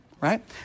Right